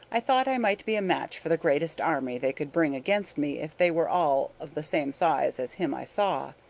i thought i might be a match for the greatest army they could bring against me if they were all of the same size as him i saw.